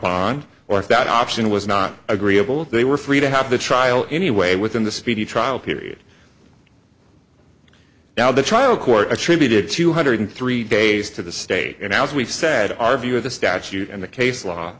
bond or if that option was not agreeable they were free to have the trial anyway within the speedy trial period now the trial court attributed two hundred three days to the state and as we said our view of the statute and the case law